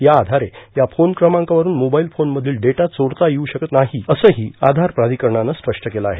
याआधारे या फोन क्रमांकावरून मोबाईल फोनमधील डेटा चोरता येऊ शकता नाही असंही आघार प्राधिकरणानं स्पष्ट केलं आहे